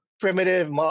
Primitive